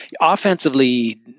offensively